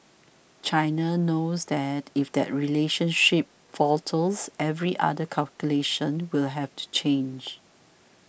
China knows that if that relationship falters every other calculation will have to change